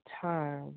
time